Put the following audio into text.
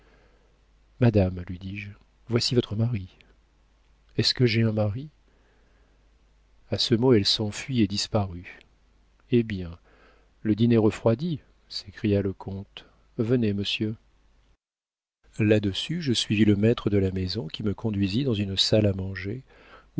madame lui dis-je voici votre mari est-ce que j'ai un mari a ce mot elle s'enfuit et disparut hé bien le dîner refroidit s'écria le comte venez monsieur là-dessus je suivis le maître de la maison qui me conduisit dans une salle à manger